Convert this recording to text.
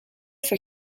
for